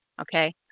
okay